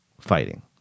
fighting